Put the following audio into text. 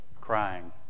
crying